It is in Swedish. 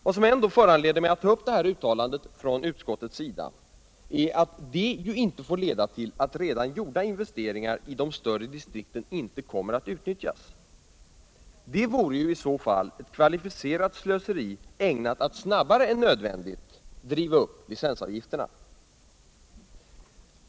Vad som föranleder mig att ändå ta upp det här uttalandet trån utskottets sida är att det ju inte får leda ull att redan gjorda investeringar i de större distrikten inte kommer att utnyttjas. Det vore i så fall eu kvalificerat slöseri, ägnat att snabbare än nödvändigt driva upp licensavgifterna.